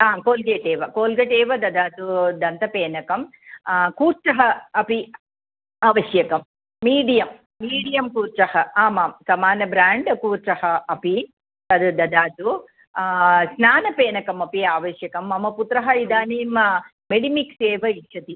आं Colgate Colgate एव ददातु दन्तपेनकं कूर्चः अपि आवश्यकः मीडियं मीडियं कूर्चः आमां समानब्य्राण्ड् कूर्चः अपि तद् ददातु स्नानपेनकमपि आवश्यकं मम पुत्रः इदानीं मेडिमिक्स् एव इच्छति